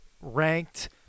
ranked